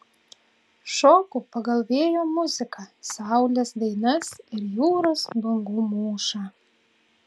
šoku pagal vėjo muziką saulės dainas ir jūros bangų mūšą